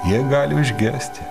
jie gali užgesti